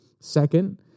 Second